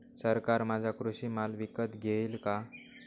सरकार माझा कृषी माल विकत घेईल का?